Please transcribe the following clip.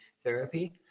therapy